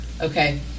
Okay